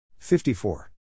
54